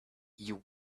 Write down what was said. you